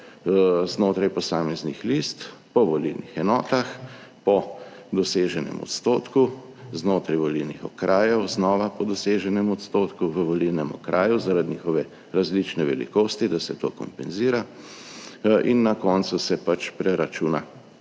znotraj posameznih list po volilnih enotah po doseženem odstotku znotraj volilnih okrajev znova po doseženem odstotku v volilnem okraju, zaradi njihove različne velikosti, da se to kompenzira in na koncu se pač preračuna